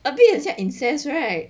a bit 很像 incest right